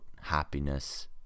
happiness